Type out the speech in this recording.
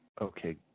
Okay